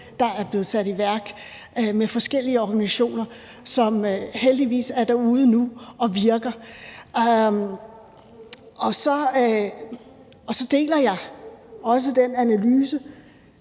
der er blevet sat i værk i samarbejde med forskellige organisationer, som heldigvis er derude nu og virker. Så deler jeg også analysen